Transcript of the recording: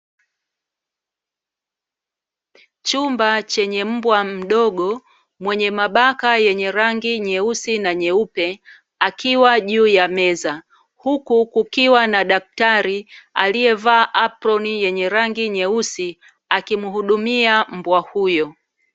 Chumba chenye mbwa mdogo mwenye mabaka yenye rangi nyeusi na nyeupe, akiwa juu ya meza. Huku kukiwa na daktari aliyevaa aproni yenye rangi nyeusi, akimhudumia mbwa huyo.